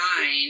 nine